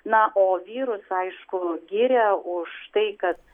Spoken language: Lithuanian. na o vyrus aišku gyrė už tai kas